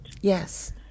Yes